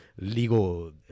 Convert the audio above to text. legal